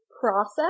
process